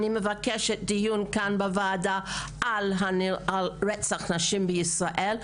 אני מבקשת דיון כאן בוועדה על רצח נשים בישראל.